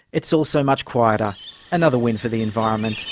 it's also much quieter another win for the environment.